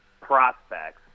prospects –